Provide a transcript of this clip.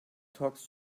talks